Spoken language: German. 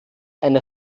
eine